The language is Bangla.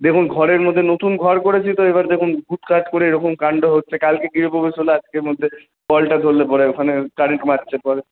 দেখুন ঘরের মধ্যে নতুন ঘর করেছি তো এবার দেখুন খুটখাট করে এরকম কাণ্ড হচ্ছে কালকে গৃহপ্রবেশ হল আজকের মধ্যে কলটা ধরলে পরে ওখানে কারেন্ট মারছে পরে